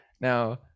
Now